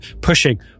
pushing